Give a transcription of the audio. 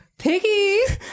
Piggy